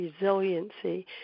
resiliency